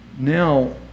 Now